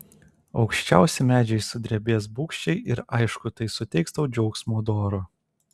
aukščiausi medžiai sudrebės bugščiai ir aišku tai suteiks tau džiaugsmo doro